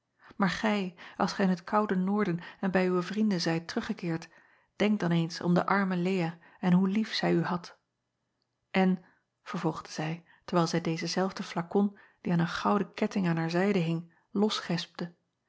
aar gij als gij in het koude oorden en bij uwe vrienden zijt teruggekeerd denk dan eens om de arme ea en hoe lief zij u had n vervolgde zij terwijl zij dezen zelfden flakon die aan een gouden ketting aan hare zijde hing